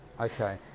okay